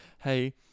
hey